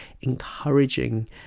encouraging